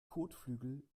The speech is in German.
kotflügel